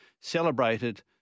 celebrated